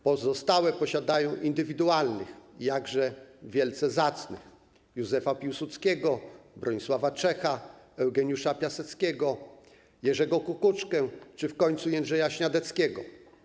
Pozostałe posiadają indywidualnych, jakże wielce zacnych: Józefa Piłsudskiego, Bronisława Czecha, Eugeniusza Piaseckiego, Jerzego Kukuczkę czy w końcu Jędrzeja Śniadeckiego.